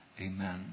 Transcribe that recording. Amen